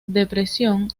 depresión